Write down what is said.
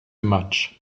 much